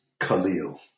Khalil